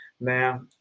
Now